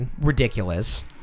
ridiculous